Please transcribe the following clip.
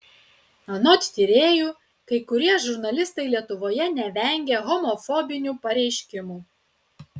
anot tyrėjų kai kurie žurnalistai lietuvoje nevengia homofobinių pareiškimų